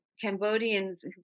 Cambodians